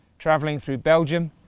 travelling through belgium,